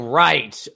right